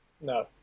No